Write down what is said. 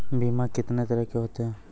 बीमा कितने तरह के होते हैं?